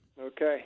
Okay